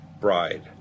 bride